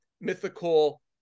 mythical